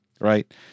Right